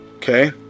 Okay